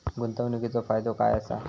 गुंतवणीचो फायदो काय असा?